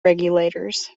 regulators